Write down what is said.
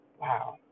Wow